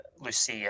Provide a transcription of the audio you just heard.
Lucia